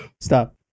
Stop